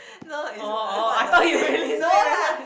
no is eh what does that no lah